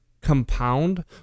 compound